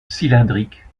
cylindrique